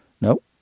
No